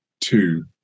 two